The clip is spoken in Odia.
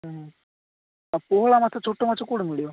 ହୁଁ ଆଉ ପୋହଳା ମାଛ ଛୋଟ ମାଛ କେଉଁଠି ମିଳିବ